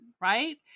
right